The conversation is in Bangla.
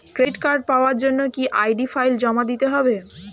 ক্রেডিট কার্ড পাওয়ার জন্য কি আই.ডি ফাইল জমা দিতে হবে?